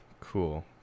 Cool